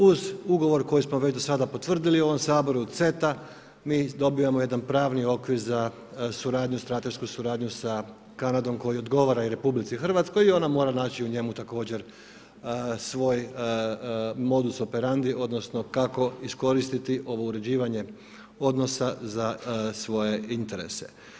Uz ugovor koji smo već do sada potvrdili u ovom Saboru, CETA, mi dobivamo jedan pravni okvir za stratešku suradnju sa Kanadom koji odgovara i RH i ona mora naći u njemu također svoj modus operandi odnosno kako iskoristiti ovo uređivanje odnosa za svoje interese.